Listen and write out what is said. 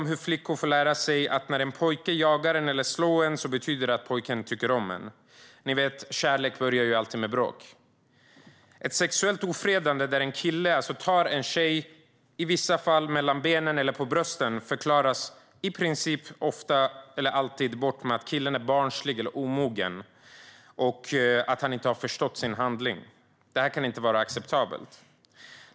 Flickor får lära sig att när en pojke jagar eller slår en flicka betyder det att pojken tycker om henne - ni vet, kärlek börjar alltid med bråk. Ett sexuellt ofredande där en kille tar en tjej mellan benen eller på brösten förklaras i princip ofta eller alltid bort med att killen är barnslig eller omogen och inte har förstått sin handling. Det är inte acceptabelt.